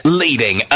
leading